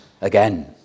again